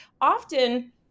often